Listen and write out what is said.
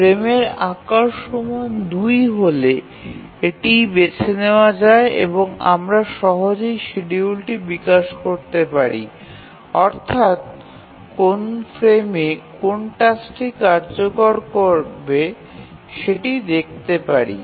ফ্রেমের আকার ২ হলে এটিই বেছে নেওয়া যায় এবং আমরা সহজেই শিডিয়ুলটি বিকাশ করতে পারি অর্থাৎ কোন ফ্রেমে কোন টাস্কটি কার্যকর করবে সেটি দেখতে পারি